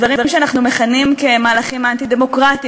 המהלכים שאנחנו מכנים כמהלכים אנטי-דמוקרטיים,